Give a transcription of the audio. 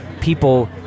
people